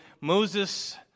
Moses